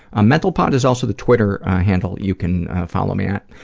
ah mentalpod is also the twitter handle you can follow me at.